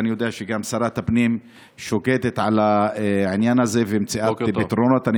ואני יודע שגם שרת הפנים שוקדת על העניין הזה ומציעה פתרונות.